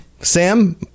sam